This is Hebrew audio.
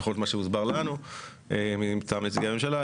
לפחות ממה שהוסבר לנו מטעם נציגי הממשלה,